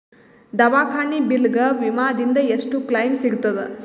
ದವಾಖಾನಿ ಬಿಲ್ ಗ ವಿಮಾ ದಿಂದ ಎಷ್ಟು ಕ್ಲೈಮ್ ಸಿಗತದ?